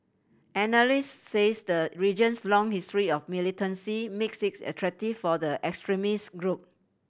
analysts says the region's long history of militancy makes it attractive for the extremist group